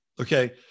Okay